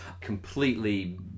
completely